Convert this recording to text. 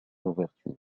ouverture